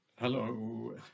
Hello